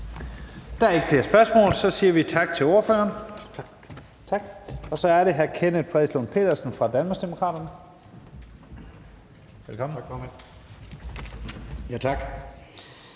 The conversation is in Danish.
der er ikke flere spørgsmål, så vi siger tak til ordføreren. Og så er det hr. Kenneth Fredslund Petersen fra Danmarksdemokraterne. Velkommen. Kl.